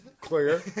clear